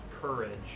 courage